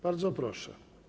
Bardzo proszę.